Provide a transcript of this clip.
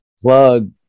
plug